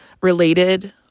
related